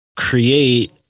create